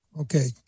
okay